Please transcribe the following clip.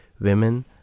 women